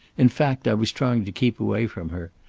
in fact, i was trying to keep away from her.